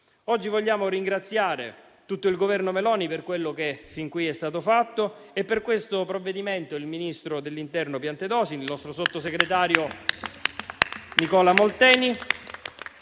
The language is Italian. Oggi vogliamo ringraziare tutto il Governo Meloni per quello che fin qui è stato fatto e per questo provvedimento il ministro dell'interno Piantedosi e il nostro sottosegretario Nicola Molteni